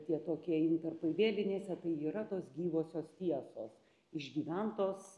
tie tokie intarpai vėlinėse tai yra tos gyvosios tiesos išgyventos